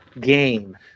game